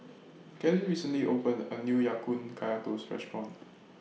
Kellie recently opened A New Ya Kun Kaya Toast Restaurant